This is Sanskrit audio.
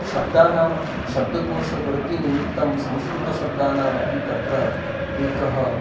शब्दानां शब्दकोषवर्तीनिमित्तं संस्कृतशब्दानामपि तत्र एकः